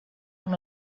amb